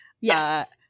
yes